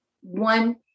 one